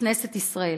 בכנסת ישראל.